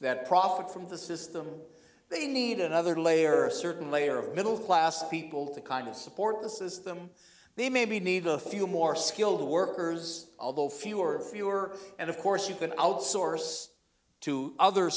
that profit from the system they need another layer a certain layer of middle class people to kind of support the system they maybe need a few more skilled workers although fewer and fewer and of course you can outsource to other